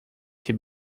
fait